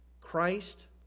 Christ